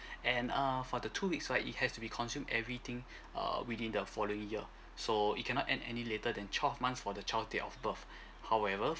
and err for the two weeks right it has to be consumed everything err within the following year so it cannot end any later than twelve months for the child date of birth however